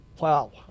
Wow